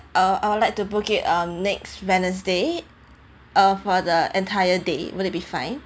uh I would like to book it uh next wednesday uh for the entire day would it be fine